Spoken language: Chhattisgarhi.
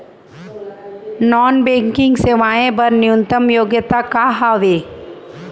नॉन बैंकिंग सेवाएं बर न्यूनतम योग्यता का हावे?